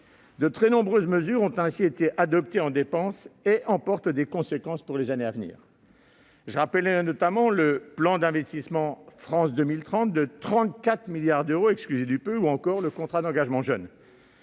De très nombreuses mesures ont ainsi été adoptées en dépenses et emportent des conséquences pour les années à venir. Je rappellerai, notamment, le plan d'investissement France 2030 de 34 milliards d'euros- excusez du peu ! -ou encore le contrat d'engagement jeune.